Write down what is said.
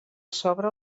sobre